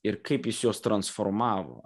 ir kaip jis juos transformavo